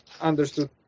understood